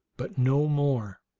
but no more